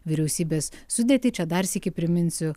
vyriausybės sudėtį čia dar sykį priminsiu